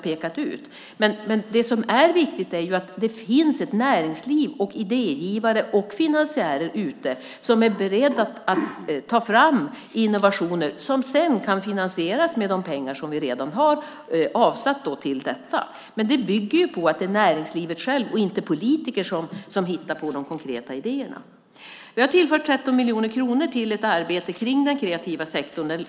Men det som är viktigt är att det finns ett näringsliv och idégivare och finansiärer som är beredda att ta fram innovationer som sedan kan finansieras med de pengar som vi redan har avsatt till detta. Men det bygger på att det är näringslivet självt och inte politiker som hittar på de konkreta idéerna. Vi har tillfört 13 miljoner kronor till ett arbete kring den kreativa sektorn.